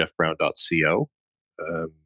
jeffbrown.co